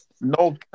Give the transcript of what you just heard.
no